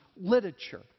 literature